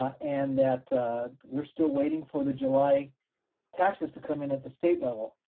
ah and that we're still waiting for the july taxes to come in at the state level,